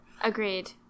Agreed